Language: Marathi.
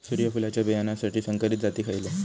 सूर्यफुलाच्या बियानासाठी संकरित जाती खयले?